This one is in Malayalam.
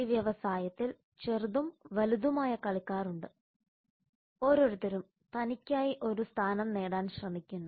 ഈ വ്യവസായത്തിൽ ചെറുതും വലുതുമായ കളിക്കാർ ഉണ്ട് ഓരോരുത്തരും തനിക്കായി ഒരു സ്ഥാനം നേടാൻ ശ്രമിക്കുന്നു